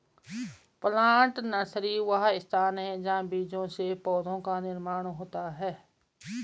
plant nursery वह स्थान है जहां बीजों से पौधों का निर्माण होता है